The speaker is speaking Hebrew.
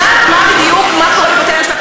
את יודעת בדיוק מה קורה בבתי-המשפט.